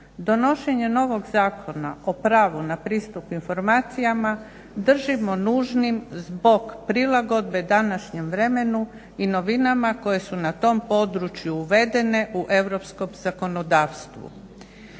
Donošenje novog Zakona o pravu na pristup informacijama držimo nužnim zbog prilagodbe današnjem vremenu i novinama koje su na tom području uvedene u europskom zakonodavstvu.